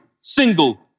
single